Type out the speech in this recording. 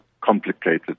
complicated